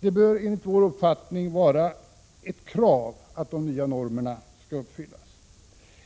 Det bör enligt vår uppfattning vara ett krav att de nya normerna uppfylls.